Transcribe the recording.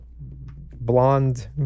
blonde